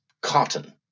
cotton